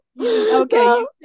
Okay